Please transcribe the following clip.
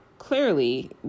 Clearly